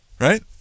right